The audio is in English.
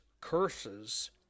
curses